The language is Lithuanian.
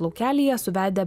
laukelyje suvedę